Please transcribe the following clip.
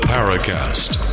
Paracast